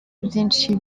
byinshi